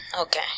Okay